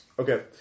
Okay